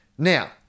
Now